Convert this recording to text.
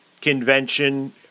convention